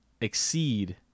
exceed